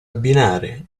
abbinare